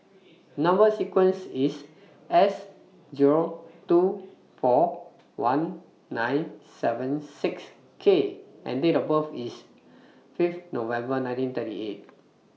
Number sequence IS S two four one nine seven six K and Date of birth IS five November one nine three eight